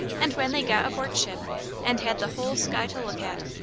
and when they got aboard ship and had the whole sky to look at,